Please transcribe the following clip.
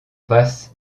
passe